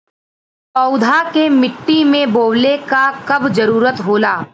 पौधा के मिट्टी में बोवले क कब जरूरत होला